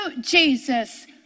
Jesus